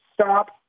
Stop